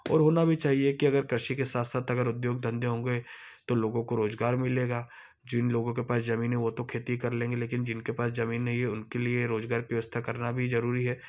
और होना भी चाहिए कि अगर कृषि के साथ साथ अगर उद्योग धंधे होंगे तो लोगों को रोजगार मिलेगा जिन लोगों के पास जमीन है वो तो खेती कर लेंगे लेकिन जिनके पास जमीन नहीं है उनके लिए रोजगार की व्यवस्था करना भी जरुरी है